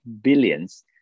billions